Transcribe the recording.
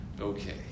Okay